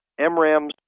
MRAMs